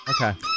Okay